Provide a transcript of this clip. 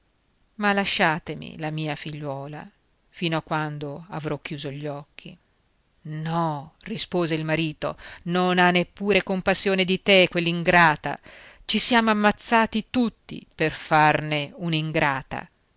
ma lasciatemi la mia figliuola fino a quando avrò chiuso gli occhi no rispose il marito non ha neppure compassione di te quell'ingrata ci siamo ammazzati tutti per farne un'ingrata